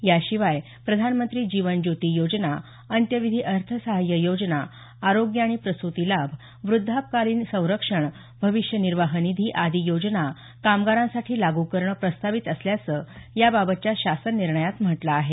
याशिवाय प्रधानमंत्री जीवन ज्योती योजना अंत्यविधी अर्थसहाय्य योजना आरोग्य आणि प्रसूती लाभ वृद्धापकालीन संरक्षण भविष्य निर्वाह निधी आदी योजना कामगारांसाठी लागू करणं प्रस्तावित असल्याचं याबाबतच्या शासन निर्णयात म्हटलं आहे